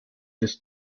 des